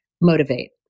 motivate